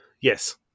Yes